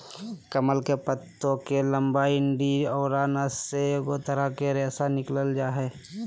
कमल के पत्तो के लंबा डंडि औरो नस से एगो तरह के रेशा निकालल जा हइ